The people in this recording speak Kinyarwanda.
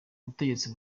ubutegetsi